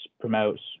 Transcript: promotes